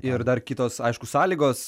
ir dar kitos aišku sąlygos